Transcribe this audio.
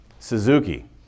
Suzuki